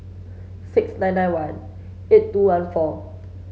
six nine nine one eight two one four